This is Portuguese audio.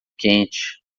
quente